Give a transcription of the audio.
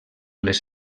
les